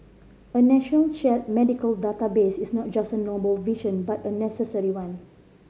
a national shared medical database is not just a noble vision but a necessary one